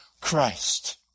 Christ